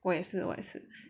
我也是我也是